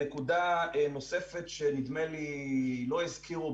נקודה נוספת שנדמה לי שלא הזכירו,